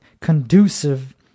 conducive